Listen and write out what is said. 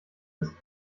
ist